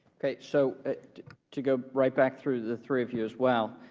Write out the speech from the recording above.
okay. so to go right back through the three of you as well.